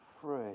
free